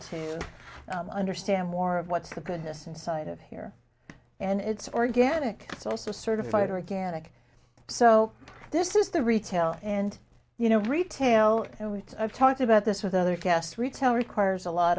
to understand more of what the goodness inside of here and it's organic it's also certified organic so this is the retail and you know retail and we talked about this with other cast retail requires a lot